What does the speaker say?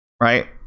right